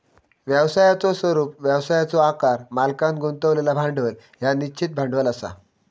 व्यवसायाचो स्वरूप, व्यवसायाचो आकार, मालकांन गुंतवलेला भांडवल ह्या निश्चित भांडवल असा